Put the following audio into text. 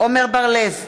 עמר בר-לב,